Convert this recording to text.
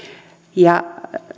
ja